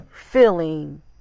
feeling